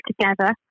together